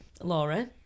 Laura